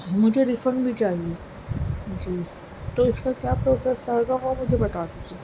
مجھے ریفنڈ بھی چاہیے جی تو اس کا کیا پراسیس رہے گا آپ مجھے بتا دیجیے